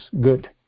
good